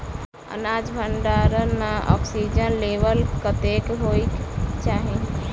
अनाज भण्डारण म ऑक्सीजन लेवल कतेक होइ कऽ चाहि?